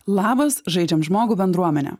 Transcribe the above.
labas žaidžiam žmogų bendruomene